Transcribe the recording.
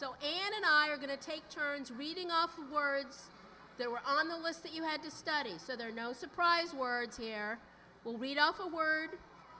man and i are going to take turns reading off the words there were on the list that you had to study so there are no surprise words here will read off a word